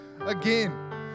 again